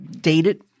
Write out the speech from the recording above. dated